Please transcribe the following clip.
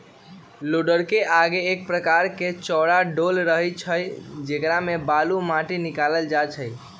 लोडरके आगे एक प्रकार के चौरा डोल रहै छइ जेकरा से बालू, माटि निकालल जाइ छइ